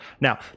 now